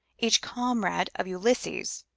each comrade of ulysses,